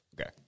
Okay